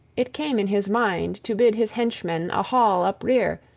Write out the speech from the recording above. it came in his mind to bid his henchmen a hall uprear,